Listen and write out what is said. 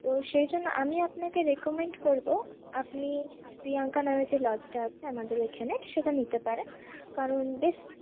তো সেই জন্য আমি আপনাকে রেকমেন্ড করব আপনি প্রিয়াঙ্কা নামে যে লজটা আছে আমাদের এইখানে সেটা নিতে পারেন কারণ বেশ